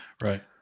Right